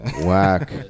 Whack